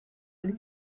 mille